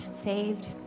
saved